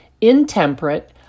intemperate